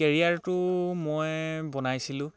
কেৰিয়াৰটো মই বনাইছিলোঁ